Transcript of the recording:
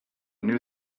new